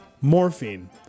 morphine